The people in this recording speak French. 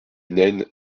nène